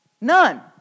None